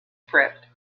prepped